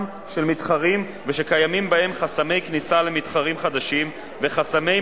של מתחרים ושקיימים בהם חסמי כניסה למתחרים חדשים וחסמי